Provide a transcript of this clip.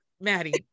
maddie